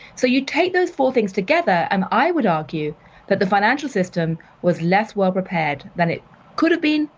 so you take those four things together, and i would argue that the financial system was less well prepared than it could have been,